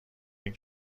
این